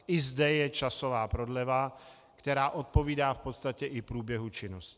I zde je časová prodleva, která odpovídá v podstatě i průběhu činnosti.